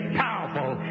powerful